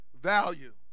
value